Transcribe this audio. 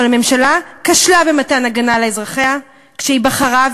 אבל הממשלה כשלה במתן הגנה לאזרחיה כשהיא בחרה,